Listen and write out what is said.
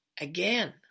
again